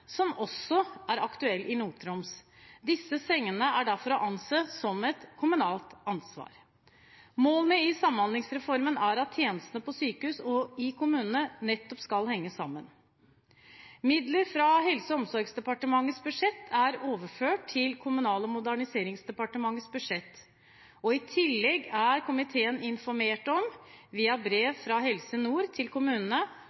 som også er aktuell i Nord-Troms. Disse sengene er derfor å anse som et kommunalt ansvar. Målene i Samhandlingsreformen er at tjenestene på sykehusene og i kommunene nettopp skal henge sammen. Midler fra Helse- og omsorgsdepartementets budsjett er overført til Kommunal- og moderniseringsdepartementets budsjett. I tillegg er komiteen informert om, via brev fra Helse Nord til kommunene,